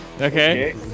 Okay